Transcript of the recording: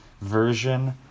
version